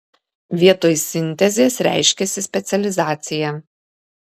vietoj sintezės reiškiasi specializacija